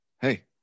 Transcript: hey